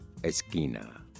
Esquina